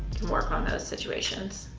work on those situations.